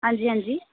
ਹਾਂਜੀ ਹਾਂਜੀ